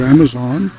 Amazon